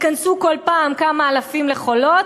ייכנסו כל פעם כמה אלפים ל"חולות",